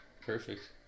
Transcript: Perfect